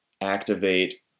activate